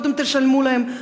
קודם תשלמו להם,